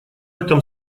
этом